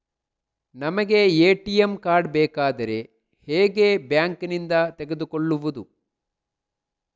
ನಮಗೆ ATM card ಬೇಕಾದ್ರೆ ಹೇಗೆ ಬ್ಯಾಂಕ್ ನಿಂದ ತೆಗೆದುಕೊಳ್ಳುವುದು?